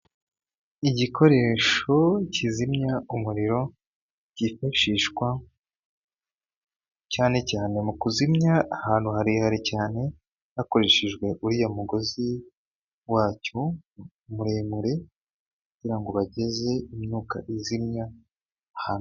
Igikoresho kizimya umuriro cyifashishwa cyane cyane mu kuzimya ahantu harehare cyane hakoreshejwe uriya mugozi wacyo muremure kugira ngo bageze imyuka izimya hanze.